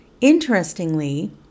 Interestingly